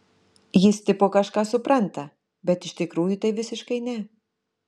jis tipo kažką supranta bet iš tikrųjų tai visiškai ne